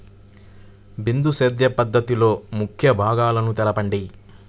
బిందు సేద్య పద్ధతిలో ముఖ్య భాగాలను తెలుపండి?